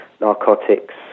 narcotics